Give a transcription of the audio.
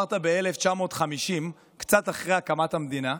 התעוררת ב-1950, קצת אחרי הקמת המדינה.